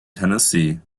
tennessee